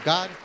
God